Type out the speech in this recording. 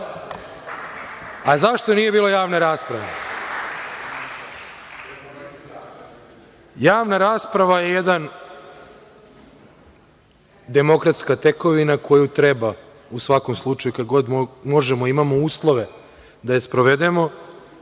vas.Zašto nije bilo javne rasprave? Javna rasprava je jedna demokratska tekovina koju treba u svakom slučaju, kada god možemo, imamo uslove da je sprovedemo,